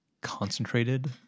concentrated